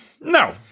No